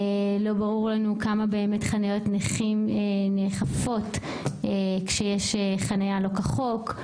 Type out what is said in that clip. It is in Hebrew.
לא ברור לנו כמה באמת חניות נאכפות כשיש חניה לא כחוק.